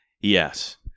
Yes